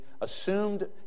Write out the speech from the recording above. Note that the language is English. assumed